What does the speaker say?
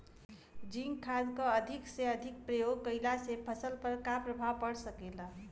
Zinc खाद क अधिक से अधिक प्रयोग कइला से फसल पर का प्रभाव पड़ सकेला?